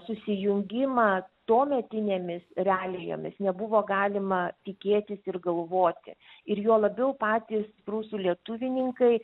susijungimą tuometinėmis realijomis nebuvo galima tikėtis ir galvoti ir juo labiau patys prūsų lietuvininkai